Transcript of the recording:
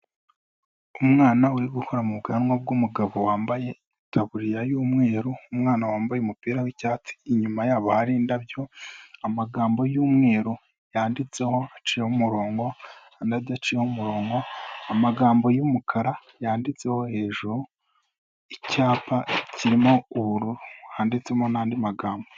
Umwana uri gukora mu bwanwa bw'umugabo wambaye itaburiya y'umweru, umwana wambaye umupira w'icyatsi, inyuma yabo hari indabyo, amagambo y'umweru yanditseho aciyeho umurongoda andi adaciyeho umurongo, amagambo y'umukara yanditseho hejuru, icyapa kirimo ubururu handitsemo n'andi magambo.